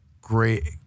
great